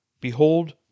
Behold